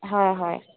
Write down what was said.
হয় হয়